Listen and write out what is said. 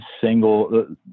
single